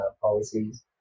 policies